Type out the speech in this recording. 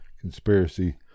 conspiracy